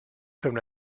comme